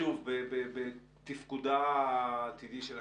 שוב, בתפקודה העתידי של הכנסת,